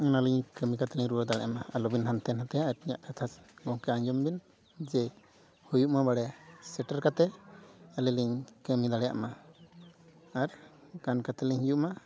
ᱚᱱᱟᱞᱤᱧ ᱠᱟᱹᱢᱤ ᱠᱟᱛᱮᱫ ᱞᱤᱧ ᱨᱩᱣᱟᱹᱲ ᱫᱟᱲᱮᱭᱟᱜ ᱢᱟ ᱟᱞᱚᱵᱤᱱ ᱦᱟᱱᱛᱮ ᱱᱟᱛᱮᱭᱟ ᱟᱹᱞᱤᱧᱟᱜ ᱠᱟᱛᱷᱟ ᱜᱚᱢᱠᱮ ᱟᱸᱡᱚᱢ ᱵᱤᱱ ᱡᱮ ᱦᱩᱭᱩᱜ ᱢᱟ ᱵᱟᱲᱮ ᱥᱮᱴᱮᱨ ᱠᱟᱛᱮᱫ ᱟᱹᱞᱤᱧ ᱤᱧ ᱠᱟᱹᱢᱤ ᱫᱟᱲᱮᱭᱟᱜ ᱢᱟ ᱟᱨ ᱜᱟᱱ ᱠᱟᱛᱮᱫ ᱞᱤᱧ ᱦᱤᱡᱩᱜ ᱢᱟ